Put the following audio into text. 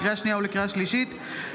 לקריאה שנייה ולקריאה שלישית,